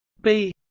b